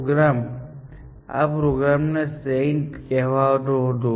સમસ્યા કેવી રીતે વર્તે છે તેના આધારે સોલ્વ્ડ નોડ્સની કિંમત હોઈ શકે છે અથવા ન પણ હોઈ શકે